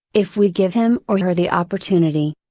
if we give him or her the opportunity.